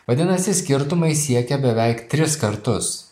vadinasi skirtumai siekia beveik tris kartus